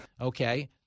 okay